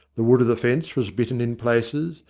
the wood of the fence was bitten in places,